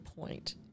point